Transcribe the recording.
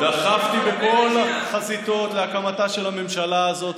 דחפתי בכל החזיתות להקמתה של הממשלה הזאת,